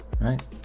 Right